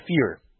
fear